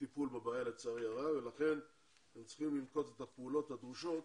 לטיפול בבעיה ולכן הם צריכים לנקוט בפעולות הדרושות